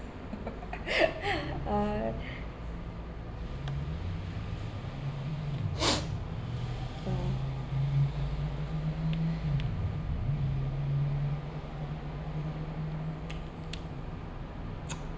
uh